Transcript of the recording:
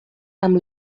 amb